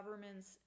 governments